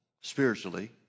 spiritually